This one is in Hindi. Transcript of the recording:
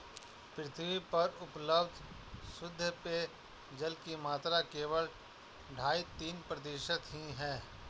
पृथ्वी पर उपलब्ध शुद्ध पेजयल की मात्रा केवल अढ़ाई तीन प्रतिशत ही है